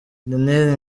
daniel